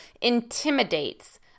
intimidates